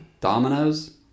dominoes